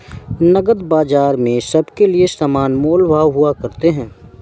नकद बाजार में सबके लिये समान मोल भाव हुआ करते हैं